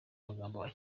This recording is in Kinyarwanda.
magambo